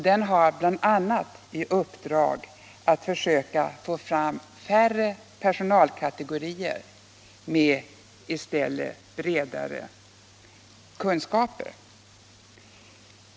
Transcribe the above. Den har bl.a. i uppdrag att försöka få fram färre personalkategorier med i stället bredare kunskaper.